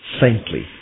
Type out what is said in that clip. saintly